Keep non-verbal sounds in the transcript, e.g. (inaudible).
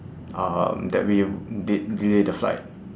um that we (noise) de~ delay the flight